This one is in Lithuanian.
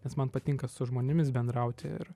nes man patinka su žmonėmis bendrauti ir